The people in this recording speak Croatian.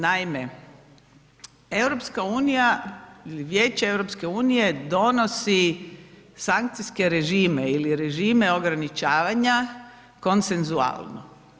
Naime, EU ili Vijeće EU donosi sankcijske režime ili režime ograničavanja konsensualno.